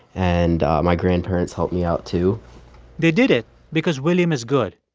and my grandparents helped me out, too they did it because william is good.